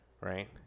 Right